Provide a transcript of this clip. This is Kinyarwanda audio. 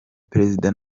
perezida